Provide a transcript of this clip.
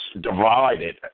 divided